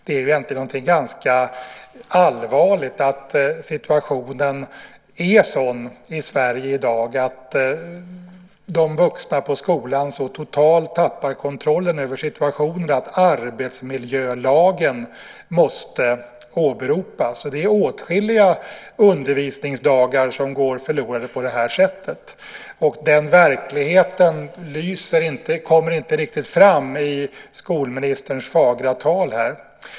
Det är egentligen någonting ganska allvarligt att situationen är sådan i Sverige i dag att de vuxna på skolan så totalt tappar kontrollen över situationen att arbetsmiljölagen måste åberopas. Det är åtskilliga undervisningsdagar som går förlorade på det här sättet. Och den verkligheten kommer inte riktigt fram i skolministerns fagra tal här.